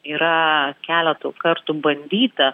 yra keletą kartų bandyta